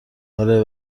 آره